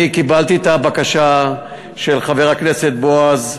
אני קיבלתי את הבקשה של חבר הכנסת בועז.